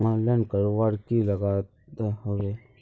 Online करवार की लगते वा?